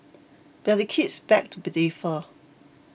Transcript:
but their kids beg to differ